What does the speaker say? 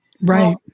right